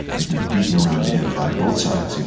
they'd been beaten around the head by both sides, you know